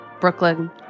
Brooklyn